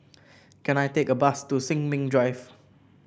can I take a bus to Sin Ming Drive